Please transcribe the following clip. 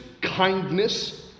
kindness